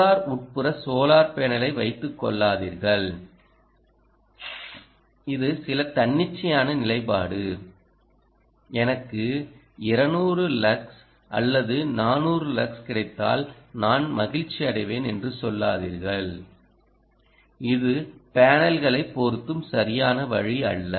solar உட்புற solar பேனலை வைத்துக் கொள்ளாதீர்கள் இது சில தன்னிச்சையான நிலைப்பாடு எனக்கு 200 லக்ஸ்அல்லது 400 லக்ஸ் கிடைத்தால் நான் மகிழ்ச்சியடைவேன் என்று சொல்லாதீர்கள் இது பேனல்களைப் பொருத்தும் சரியான வழி அல்ல